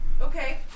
Okay